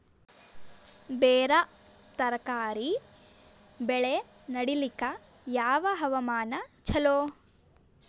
ಬೇರ ತರಕಾರಿ ಬೆಳೆ ನಡಿಲಿಕ ಯಾವ ಹವಾಮಾನ ಚಲೋ?